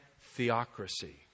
theocracy